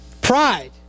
Pride